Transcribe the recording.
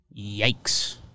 Yikes